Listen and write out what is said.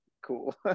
cool